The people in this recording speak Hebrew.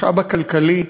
המשאב הכלכלי,